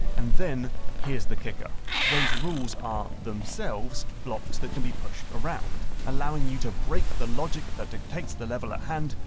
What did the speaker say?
and then here's the kicker those rules are, themselves, blocks that can be pushed around allowing you to break the logic that dictates the level at hand,